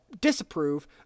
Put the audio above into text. disapprove